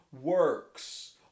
works